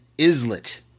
islet